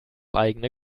eigene